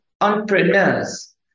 entrepreneurs